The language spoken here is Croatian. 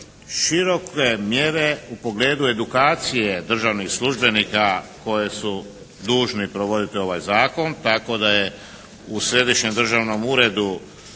široke mjere u pogledu edukacije državnih službenika koji su dužni provoditi ovaj zakon tako da je u Središnjem državnom uredu